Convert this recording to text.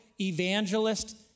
evangelist